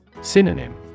Synonym